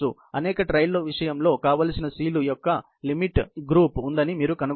అనేక ట్రయల్ విషయంలో కావలిసిన Cలు యొక్క సమితి ఉందని మీరు కనుగొంటారు